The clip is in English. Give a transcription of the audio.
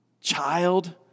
Child